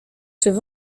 czyż